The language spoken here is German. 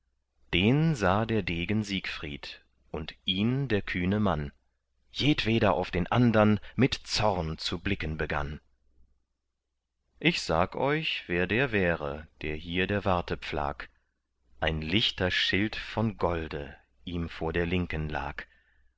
den sah der degen siegfried und ihn der kühne mann jedweder auf den andern mit zorn zu blicken begann ich sag euch wer der wäre der hier der warte pflag ein lichter schild von golde ihm vor der linken lag